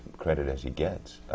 credit as he gets.